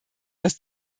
dass